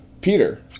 Peter